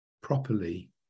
properly